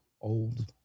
old